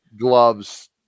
gloves